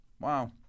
Wow